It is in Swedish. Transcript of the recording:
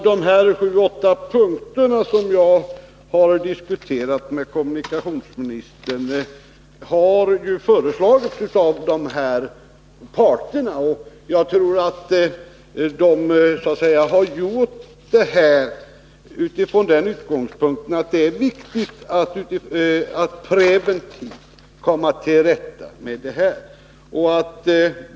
De sju åtta punkter som jag har diskuterat med kommunikationsministern har ju parterna fört fram i sina förslag. Jag tror att de har gjort detta utifrån den utgångspunkten att det är viktigt att preventivt komma till rätta med problemet.